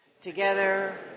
Together